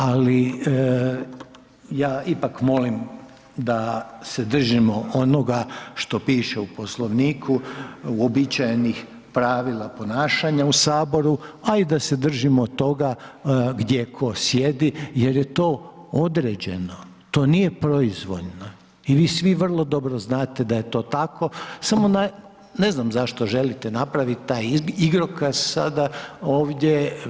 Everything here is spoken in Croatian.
Ali ja ipak molim da se držimo onoga što piše u Poslovniku uobičajenih pravila ponašanja u Saboru, a i da se držimo toga gdje ko sjedi jer je to određeno, to nije proizvoljno i vi svi vrlo dobro znate da je to tako, samo ne znam zašto želite napraviti taj igrokaz sada ovdje.